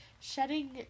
shedding